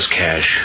cash